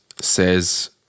says